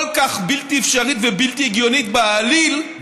כל כך בלתי אפשרית ובלתי הגיונית בעליל,